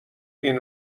این